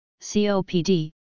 COPD